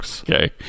Okay